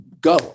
go